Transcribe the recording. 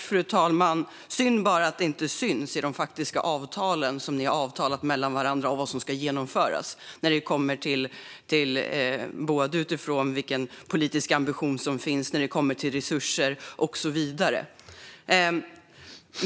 Fru talman! Det är bara synd att detta inte syns i de faktiska avtal som ni har ingått med varandra om vad som ska genomföras - det gäller vilken politisk ambition som finns, resurser och så vidare.